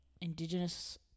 indigenous